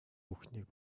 бүхнийг